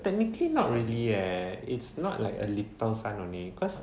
technically not really eh it's not like a little sun only cause